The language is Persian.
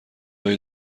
هایی